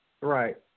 Right